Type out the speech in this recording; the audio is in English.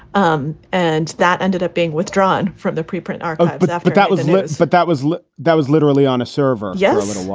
um and that ended up being withdrawn from the pre-print um but after that, was and that but that was that was literally on a server yes.